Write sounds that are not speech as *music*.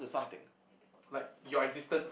*noise* like your existence